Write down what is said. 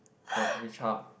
what which hub